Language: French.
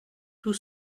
tout